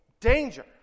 danger